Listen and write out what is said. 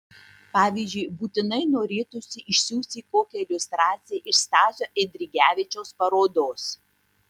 pavyzdžiui būtinai norėtųsi išsiųsti kokią iliustraciją iš stasio eidrigevičiaus parodos